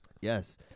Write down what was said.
Yes